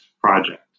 project